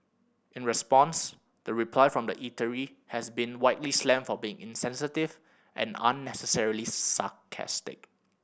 in response the reply from the eatery has been widely slammed for being insensitive and unnecessarily sarcastic